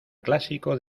clásico